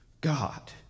God